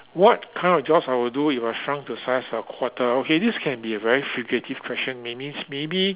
what kind of jobs I will do if I shrunk to a size of a quarter okay this can be a very figurative question may means maybe